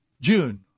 June